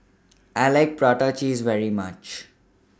I like Prata Cheese very much